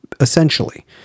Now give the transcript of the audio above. essentially